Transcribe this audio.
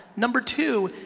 number two,